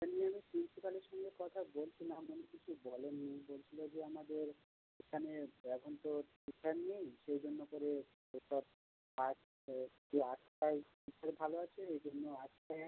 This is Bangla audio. এটা নিয়ে আমি প্রিন্সিপালের সঙ্গে কথা বলছিলাম উনি কিছু বলেন নি বলছিলো যে আমাদের এখানে এখন তো টিচার নেই সেই জন্য করে এসব আর্টস যে আর্টসটাই টিচার ভালো আছে এজন্য আর্টসের